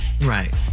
Right